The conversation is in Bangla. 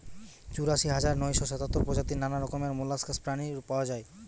চুরাশি হাজার নয়শ সাতাত্তর প্রজাতির নানা রকমের মোল্লাসকস প্রাণী পাওয়া যায়